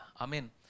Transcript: amen